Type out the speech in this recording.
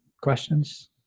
questions